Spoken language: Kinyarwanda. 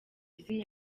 izina